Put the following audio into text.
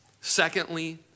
Secondly